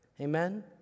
Amen